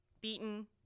beaten